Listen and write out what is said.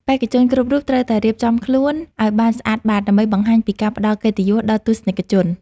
បេក្ខជនគ្រប់រូបត្រូវតែរៀបចំខ្លួនឱ្យបានស្អាតបាតដើម្បីបង្ហាញពីការផ្ដល់កិត្តិយសដល់ទស្សនិកជន។